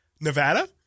Nevada